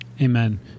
Amen